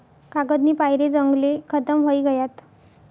कागदनी पायरे जंगले खतम व्हयी गयात